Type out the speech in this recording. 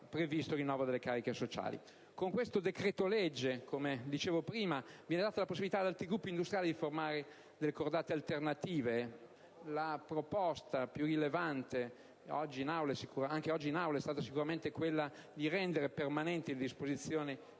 con questo decreto-legge viene data la possibilità ad altri gruppi industriali di formare cordate alternative. La proposta più rilevante, anche oggi in Aula, è stata sicuramente quella di rendere permanente le disposizioni di